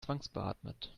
zwangsbeatmet